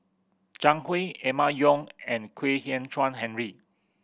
Zhang Hui Emma Yong and Kwek Hian Chuan Henry